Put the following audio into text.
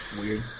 Weird